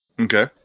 Okay